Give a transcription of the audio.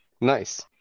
Nice